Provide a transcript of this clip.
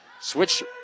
Switch